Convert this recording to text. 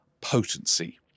potency